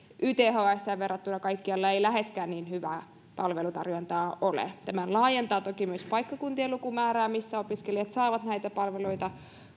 ythsään verrattuna kaikkialla ei läheskään niin hyvää palvelutarjontaa ole tämä laajentaa toki myös niiden paikkakuntien lukumäärää missä korkea asteen opiskelijat saavat näitä palveluita